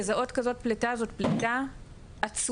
לזהות כזאת פליטה, זאת פליטה עצומה.